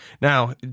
Now